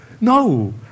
no